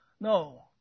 No